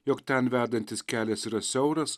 jog ten vedantis kelias yra siauras